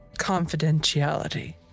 confidentiality